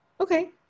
Okay